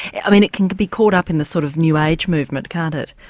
i mean, it can be caught up in the sort of new age movement, can't it.